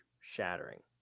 shattering